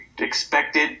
expected